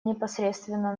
непосредственно